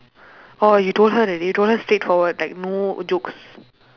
orh you told her already you told her straightforward like no jokes